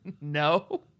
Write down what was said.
No